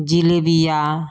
जिलेबिया